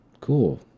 Cool